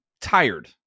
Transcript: tired